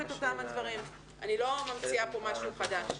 אני לא ממציאה משהו חדש.